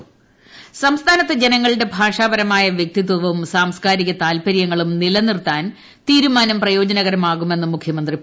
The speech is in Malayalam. സ്ംസ്ഥാനത്തെ ജനങ്ങളുടെ ഭാഷാപരമായ വൃക്തിത്വവും സാംസ്കാരിക താല്പരൃങ്ങളും നിലനിർത്താൻ തീരുമാനം പ്രയോജനകരമാകുമെന്ന് മുഖ്യമന്ത്രി പറഞ്ഞു